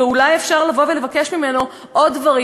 ואולי אפשר לבוא ולבקש ממנו עוד דברים.